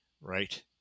right